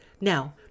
Now